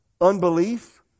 unbelief